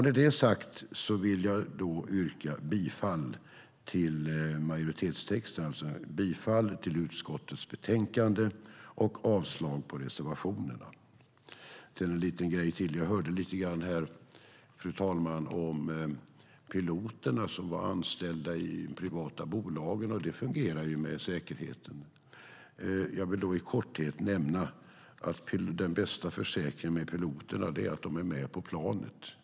Med det sagt yrkar jag bifall till majoritetstexten, det vill säga bifall till förslaget i utskottets betänkande och avslag på reservationerna. Jag har en liten grej till. Jag hörde här, fru talman, om piloterna som var anställda i privata bolag och att det fungerade med säkerheten. Jag vill då i korthet nämna att den bästa försäkringen med piloterna är att de är med på planet.